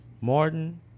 Martin